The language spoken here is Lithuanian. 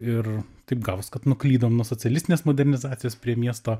ir taip gavos kad nuklydom nuo socialistinės modernizacijos prie miesto